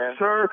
sir